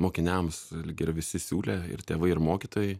mokiniams lyg ir visi siūlė ir tėvai ir mokytojai